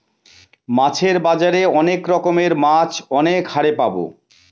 মাছের বাজারে অনেক রকমের মাছ অনেক হারে পাবো